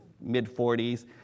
mid-40s